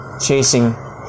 chasing